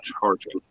charging